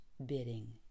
bidding